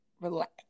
Relax